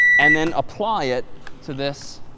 and then apply it to this